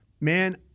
Man